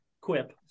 quip